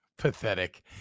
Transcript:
pathetic